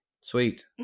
Sweet